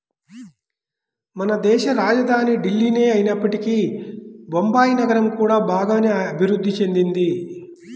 మనదేశ రాజధాని ఢిల్లీనే అయినప్పటికీ బొంబాయి నగరం కూడా బాగానే అభిరుద్ధి చెందింది